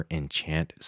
Enchant